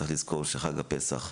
צריך לזכור שחג הפסח,